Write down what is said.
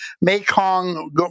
Mekong